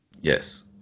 Yes